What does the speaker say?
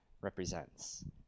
represents